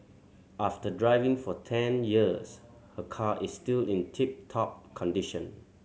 after driving for ten years her car is still in tip top condition